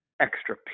extra